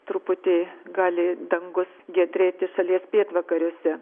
truputį gali dangus giedrėti šalies pietvakariuose